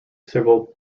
civil